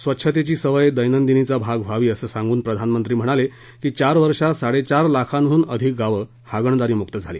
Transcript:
स्वच्छतेची सवय दैनंदिनीचा भाग व्हावी असं सांगून प्रधानमंत्री म्हणाले की चार वर्षात साडे चार लाखांहून अधिक गावं हागणदारी मुक्त झाली